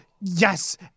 yes